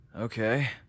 Okay